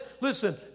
Listen